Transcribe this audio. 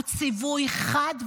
הוא ציווי חד וברור: